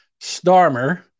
Starmer